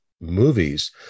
movies